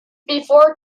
before